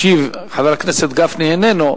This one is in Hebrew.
חבר הכנסת גפני, איננו.